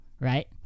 right